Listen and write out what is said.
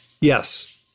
Yes